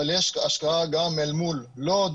אבל יש השקעה גם אל מול לוד,